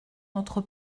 notre